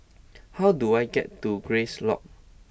how do I get to Grace Lodge